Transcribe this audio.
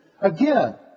Again